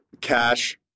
cash